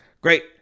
great